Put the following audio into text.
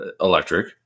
electric